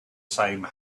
same